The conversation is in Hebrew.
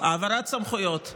העברת סמכויות.